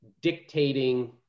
dictating